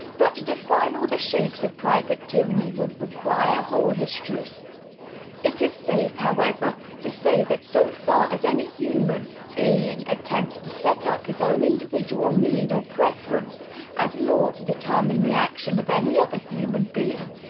but to define all the shapes of private tyranny would require whole histories it is safe, however, to say that so far as any human being attempts to set up his own individual need or preference as law to determine the action of any other human being,